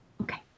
Okay